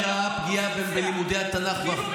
אנחנו דאגנו לחזק בחזרה את מקצוע התנ"ך.